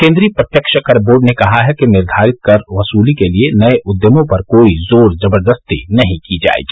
केंद्रीय प्रत्यक्ष कर बोर्ड ने कहा है कि निर्धारित कर वसूली के लिए नए उद्यमों पर कोई जोर जबर्दस्ती नहीं की जाएगी